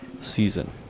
season